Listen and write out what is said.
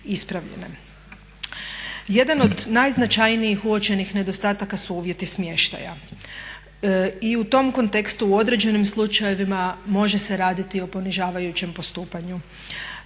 Jedan od najznačajnijih uočenih nedostataka su uvjeti smještaja. I u tom kontekstu u određenim slučajevima može se raditi o ponižavajućem postupanju.